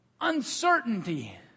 Uncertainty